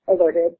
alerted